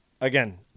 Again